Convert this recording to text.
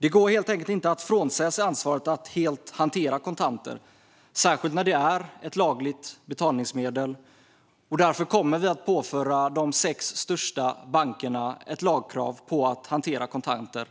Det går helt enkelt inte att frånsäga sig ansvaret att hantera kontanter, särskilt när det är ett lagligt betalningsmedel. Därför kommer vi att påföra de sex största bankerna ett lagkrav på att hantera kontanter.